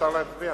אפשר להצביע.